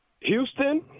Houston